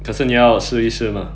可是你要试一试吗